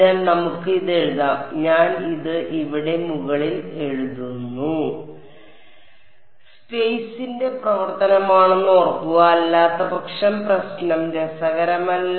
അതിനാൽ നമുക്ക് ഇത് എഴുതാം ഞാൻ ഇത് ഇവിടെ മുകളിൽ എഴുതുന്നു സ്പേസിന്റെ പ്രവർത്തനമാണെന്ന് ഓർക്കുക അല്ലാത്തപക്ഷം പ്രശ്നം രസകരമല്ല